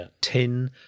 tin